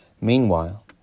Meanwhile